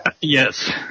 Yes